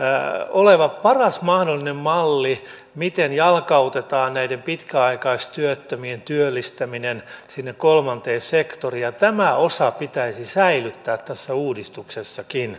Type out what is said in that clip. oleva paras mahdollinen malli miten jalkautetaan pitkäaikaistyöttömien työllistäminen sinne kolmanteen sektoriin ja tämä osa pitäisi säilyttää tässä uudistuksessakin